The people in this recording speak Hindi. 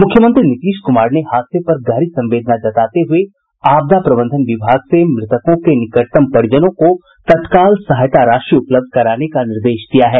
मुख्यमंत्री नीतीश कुमार ने हादसे पर गहरी संवेदना जताते हुये आपदा प्रबंधन विभाग से मृतकों के निकटतम परिजनों को तत्काल सहायता राशि उपलब्ध कराने का निर्देश दिया है